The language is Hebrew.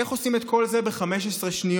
איך עושים את כל זה ב-15 שניות?